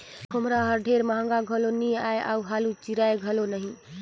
खोम्हरा हर ढेर महगा घलो नी आए अउ हालु चिराए घलो नही